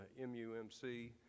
MUMC